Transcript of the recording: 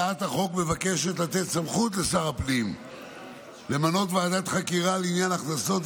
הצעת החוק מבקשת לתת סמכות לשר הפנים למנות ועדת חקירה לעניין הכנסות,